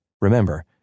Remember